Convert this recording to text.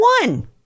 one